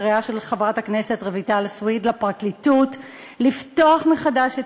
לקריאה של חברת הכנסת רויטל סויד לפרקליטות לפתוח מחדש את